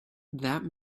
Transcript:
that